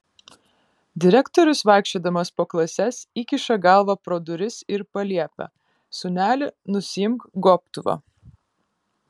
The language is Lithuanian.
direktorius vaikščiodamas po klases įkiša galvą pro duris ir paliepia sūneli nusiimk gobtuvą